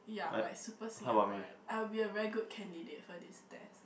ya like super Singaporean I'll be a very good candidate for this test